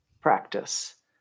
practice